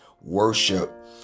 worship